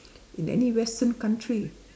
in any western country